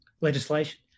legislation